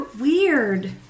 weird